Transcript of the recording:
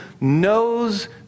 knows